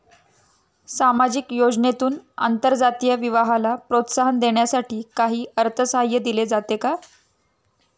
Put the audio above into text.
सामाजिक योजनेतून आंतरजातीय विवाहाला प्रोत्साहन देण्यासाठी काही अर्थसहाय्य दिले जाते का?